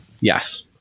Yes